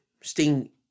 Sting